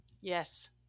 yes